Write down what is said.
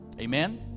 Amen